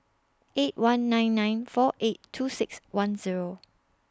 eight one nine nine four eight two six one Zero